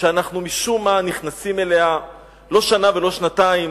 שאנחנו משום מה נכנסים אליה לא שנה ולא שנתיים,